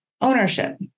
ownership